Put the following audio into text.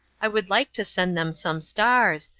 i would like to send them some stars,